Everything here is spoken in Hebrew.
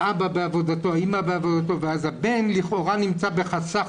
האבא בעבודתו האמא בעבודתו ואז הבן לכאורה נמצא בחסך